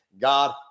God